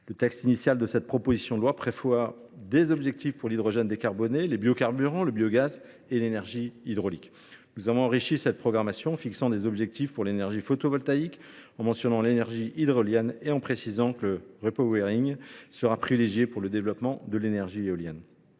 Le texte initial de cette proposition de loi prévoit des objectifs pour l’hydrogène décarboné, les biocarburants, le biogaz et l’énergie hydraulique. Nous avons enrichi cette programmation en fixant des objectifs pour l’énergie photovoltaïque, en mentionnant l’énergie hydrolienne et en précisant que le sera privilégié pour le développement de l’énergie éolienne.